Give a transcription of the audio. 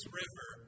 river